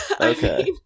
Okay